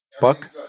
buck